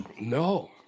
No